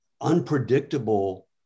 unpredictable